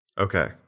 Okay